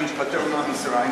אני מתפטר מהמשרה.